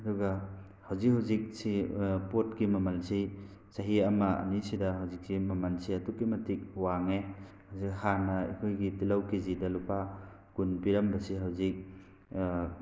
ꯑꯗꯨꯒ ꯍꯧꯖꯤꯛ ꯍꯧꯖꯤꯛꯁꯤ ꯄꯣꯠꯀꯤ ꯃꯃꯜꯁꯤ ꯆꯍꯤ ꯑꯃ ꯑꯅꯤꯁꯤꯗ ꯍꯧꯖꯤꯛꯁꯦ ꯃꯃꯜꯁꯦ ꯑꯗꯨꯛꯀꯤ ꯃꯇꯤꯛ ꯋꯥꯡꯉꯦ ꯍꯧꯖꯤꯛ ꯍꯥꯟꯅ ꯑꯩꯈꯣꯏꯒꯤ ꯇꯤꯜꯍꯧ ꯀꯦꯖꯤꯗ ꯂꯨꯄꯥ ꯀꯨꯟ ꯄꯤꯔꯝꯕꯁꯦ ꯍꯧꯖꯤꯛ